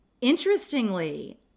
interestingly